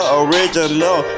original